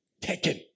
Taken